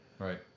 Right